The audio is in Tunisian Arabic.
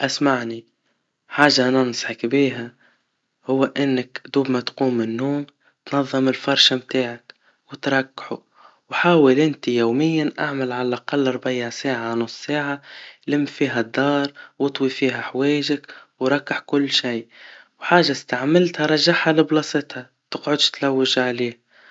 اسمعني, حاجا ننصحك بيها, هوا انك دوم ما تقوم من النوم, تنظم الفرشة متاعك, وترقحه, وحاول انت يومياً اعمل عالاقل ربيع ساعة, نص ساعا, لم فيها الدار, واطوي فيها حواجك, ورقح كل شي, وحاجا استعملتها رجعها لمكانها, متقعدش تلوش عليها